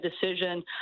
decision